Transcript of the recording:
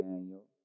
Daniel